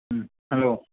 হুম hello